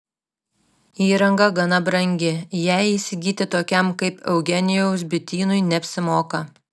įranga gana brangi ją įsigyti tokiam kaip eugenijaus bitynui neapsimoka